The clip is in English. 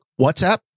WhatsApp